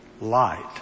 light